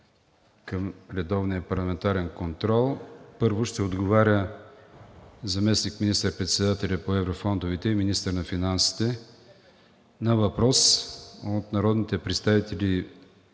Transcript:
към редовния парламентарен контрол. Първо заместник министър-председателят по еврофондовете и министър на финансите ще отговаря на въпрос от народните представители